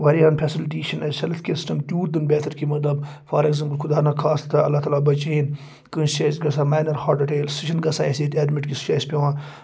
واریاہن فیسَلٹی چھِنہٕ اَسہِ ہٮ۪لتھ کِیَر سِسٹَم تیوٗت تہِ نہٕ بہتر کہِ مطلب فار اٮ۪کزامپٕل خۄدا نخواستہ اللہ تعالیٰ بَچٲیِن کٲنٛسہِ چھِ اَسہِ گژھان ماینَر ہاٹ اَٹیک سُہ چھِنہٕ گژھان اَسہِ ییٚتہِ اٮ۪ڈمِٹ کہِ سُہ چھُ اَسہِ پٮ۪وان